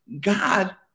God